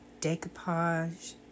decoupage